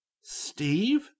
Steve